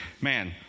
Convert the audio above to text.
Man